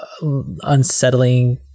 unsettling